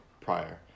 prior